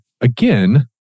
Again